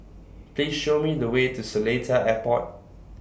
Please Show Me The Way to Seletar Airport